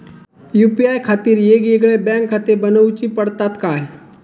UPI खातीर येगयेगळे बँकखाते बनऊची पडतात काय?